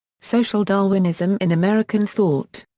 social darwinism in american thought.